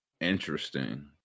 Interesting